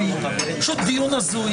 ברור, בלתי אלים.